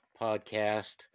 podcast